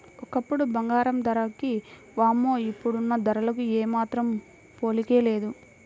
ఒకప్పుడు బంగారం ధరకి వామ్మో ఇప్పుడున్న ధరలకు ఏమాత్రం పోలికే లేదు